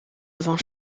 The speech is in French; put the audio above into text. avant